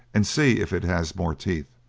and see if it has more teeth.